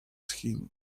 him